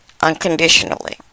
unconditionally